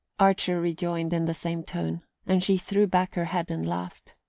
archer rejoined in the same tone and she threw back her head and laughed.